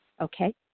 Okay